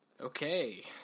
Okay